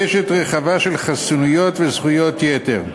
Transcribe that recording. קשת רחבה של חסינויות וזכויות יתר.